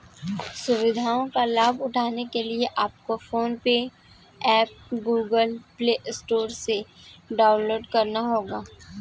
सुविधाओं का लाभ उठाने के लिए आपको PhonePe app Google Play Store से डाउनलोड करना होगा